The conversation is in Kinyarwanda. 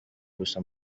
gusa